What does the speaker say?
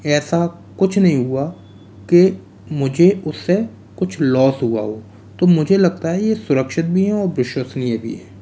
ऐसा कुछ नहीं हुआ कि मुझे उससे कुछ लॉस हुआ हो तो मुझे लगता है ये सुरक्षित भी है और विश्वसनीय भी है